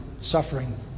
suffering